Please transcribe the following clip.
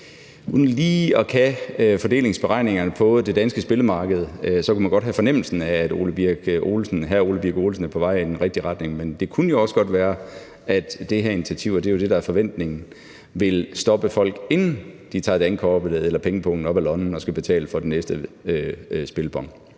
Uden lige at kunne fordelingsberegningerne på det danske spillemarked kunne man godt have fornemmelsen af, at hr. Ole Birk Olesen er på vej i den rigtige retning, men det kunne jo også godt være, at det her initiativ, og det er jo det, der er forventningen, vil stoppe folk, inden de tager dankortet eller pengepungen op af lommen og skal betale for den næste spillebon.